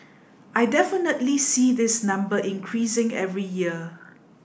I definitely see this number increasing every year